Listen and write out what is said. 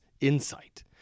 insight